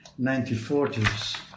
1940s